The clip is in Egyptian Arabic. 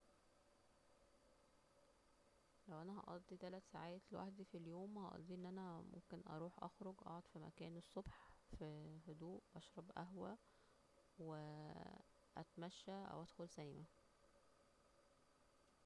لو هقضي تلات ساعات لوحدي في اليوم هقضي أن أنا ممكن اروح أخرج اقعد في مكان الصبح ف هدوء اشرب قهوة و اتمشى أو ادخل سينما